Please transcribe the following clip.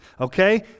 Okay